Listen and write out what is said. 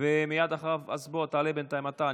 אז בוא תעלה בינתיים אתה,